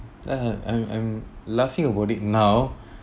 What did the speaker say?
laugh~ I'm I'm laughing about it now